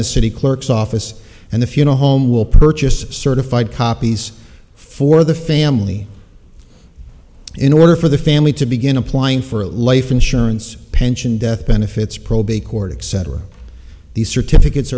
the city clerk's office and the funeral home will purchase certified copies for the family in order for the family to begin applying for life insurance pension death benefits probate court etc these certificates